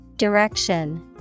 Direction